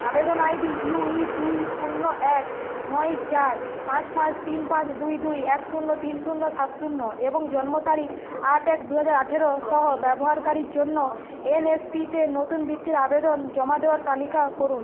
আবেদন আইডি ইউই দুই শূন্য এক নয় চার পাঁচ পাঁচ তিন পাঁচ দুই দুই এক শূন্য তিন শূন্য সাত শূন্য এবং জন্ম তারিখ আট এক দু হাজার আঠারো সহ ব্যবহারকারীর জন্য এনএসপিতে নতুন বৃত্তির আবেদন জমা দেওয়ার তালিকা করুন